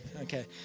okay